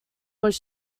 was